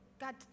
God